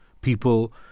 People